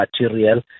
material